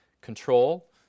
control